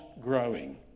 growing